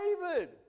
David